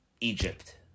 Egypt